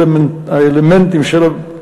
אלה הם האלמנטים של הבטיחות.